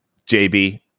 JB